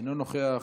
אינו נוכח.